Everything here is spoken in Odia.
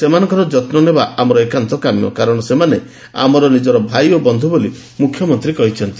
ସେମାନଙ୍କର ଯତ୍ ନେବା ଆମର ଏକାନ୍ତ କାମ୍ୟ କାରଣ ସେମାନେ ଆମର ନିଜର ଭାଇ ଓ ବନ୍ଧୁ ବୋଲି ମୁଖ୍ୟମନ୍ତୀ କହିଚ୍ଚନ୍ତି